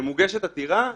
מוגשת עתירה,